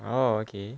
oh okay